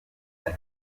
ati